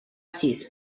sis